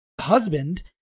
Husband